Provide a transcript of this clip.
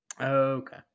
Okay